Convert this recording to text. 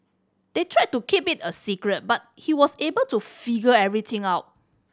they tried to keep it a secret but he was able to figure everything out